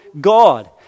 God